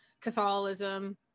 catholicism